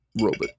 Robot